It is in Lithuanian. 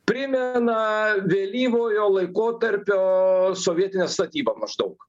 primena vėlyvojo laikotarpio sovietinę statybą maždaug